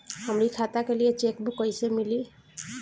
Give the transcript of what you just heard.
हमरी खाता के लिए चेकबुक कईसे मिली?